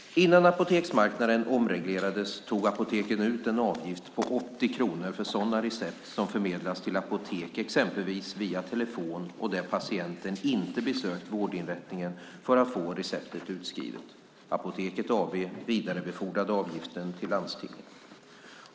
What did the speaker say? Innan apoteksmarknaden omreglerades tog apoteken ut en avgift på 80 kronor för sådana recept som förmedlats till apotek exempelvis via telefon och där patienten inte besökt vårdinrättningen för att få receptet utskrivet. Apoteket AB vidarebefordrade avgiften till landstinget.